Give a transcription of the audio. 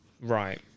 Right